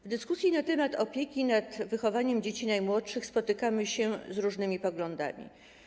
W dyskusji na temat opieki i wychowania dzieci najmłodszych spotykamy się z różnymi poglądami.